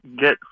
get